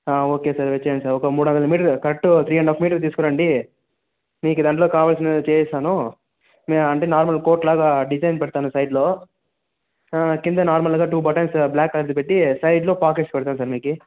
okay sir వచ్చేయండి sir ఒక మూడు వందలు metre cut three and half metre తీసుకురండి మీకు దాంట్లో కావల్సిన చేసిస్తాను అంటే నార్మల్ కోట్ లాగ డిజైన్ పెడతాను సైడ్లో కింద నార్మల్గా టూ బటన్సు బ్లాక్ కలర్ది పెట్టి సైడ్లో పాకెట్స్ పెడతాను సార్ మీకు